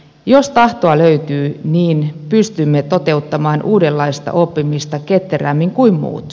jos tahtoa löytyy niin pystymme toteuttamaan uudenlaista oppimista ketterämmin kuin muut